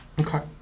Okay